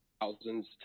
thousands